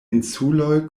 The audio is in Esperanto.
insuloj